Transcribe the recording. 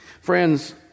Friends